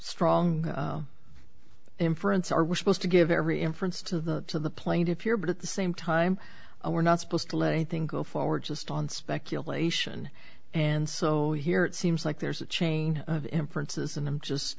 strong inference are we supposed to give every inference to the to the plaintiff your but at the same time we're not supposed to let a thing go forward just on speculation and so here it seems like there's a chain of inferences and i'm just